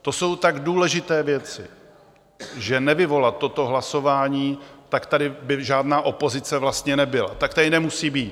To jsou tak důležité věci, že nevyvolat toto hlasování, tak by tady žádná opozice vlastně nebyla, tak tady nemusí být.